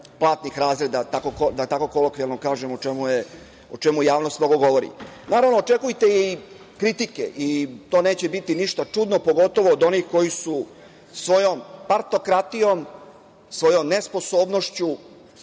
platnih razreda, da tako kolokvijalno kažem, o čemu javnost mnogo govori. Naravno, očekujte i kritike. To neće biti ništa čudno, pogotovo od onih koji su svojom partokratijom, svojom nesposobnošću